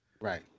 Right